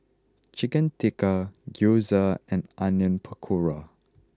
Chicken Tikka Gyoza and Onion Pakora